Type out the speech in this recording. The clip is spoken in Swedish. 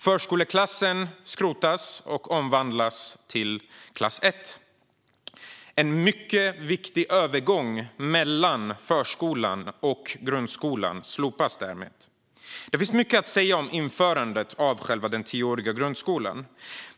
Förskoleklassen skrotas och omvandlas till klass 1. En mycket viktig övergång mellan förskolan och grundskolan slopas därmed. Det finns mycket att säga om införandet av den tioåriga grundskolan.